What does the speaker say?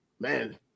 Man